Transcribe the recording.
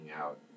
out